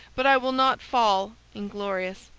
but i will not fall inglorious,